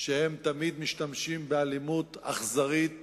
שתמיד משתמשים באלימות אכזרית